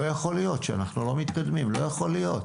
לא יכול להיות שאנחנו לא מתקדמים, לא יכול להיות.